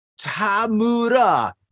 Tamura